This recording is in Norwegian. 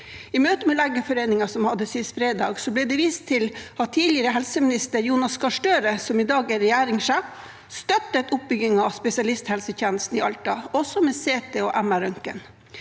hadde med Legeforeningen sist fredag, ble det vist til at tidligere helseminister Jonas Gahr Støre, som i dag er regjeringssjef, støttet oppbyggingen av spesialisthelsetjenesten i Alta, også med CT- og MR røntgen.